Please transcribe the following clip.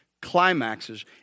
climaxes